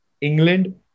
England